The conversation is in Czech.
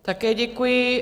Také děkuji.